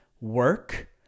work